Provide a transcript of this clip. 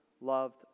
loved